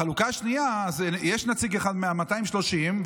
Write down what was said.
בחלוקה השנייה יש נציג אחד מה-230,